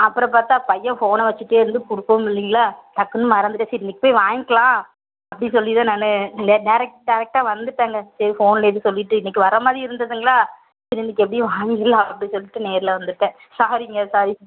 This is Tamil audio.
அப்புறம் பார்த்தா பையன் ஃபோனை வச்சிட்டேயிருந்து கொடுக்கவுமில்லிங்களா டக்குனு மறந்துட்டேன் சரி இன்னிக்கி போய் வாங்கிக்கலாம் அப்படி சொல்லித்தான் நான் இல்லை டெரெக்ட் டெரெக்ட்டாக வந்துட்டேங்க சரி ஃபோனில் எதுக்கு சொல்லிட்டு இன்னிக்கு வரமாதிரி இருந்ததுங்களா சரி இன்னிக்கி எப்படியும் வாங்கிடலாம்னு சொல்லிட்டு நேரில் வந்துட்டேன் சாரிங்க சாரி